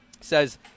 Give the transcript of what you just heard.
says